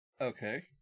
Okay